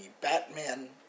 Batman